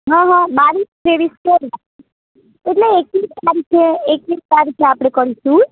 હા હા બાવીસ ત્રેવીસ ચોવીસ એટલે એકવીસ તારીખે એકવીસ તારીખે આપણે કરીશું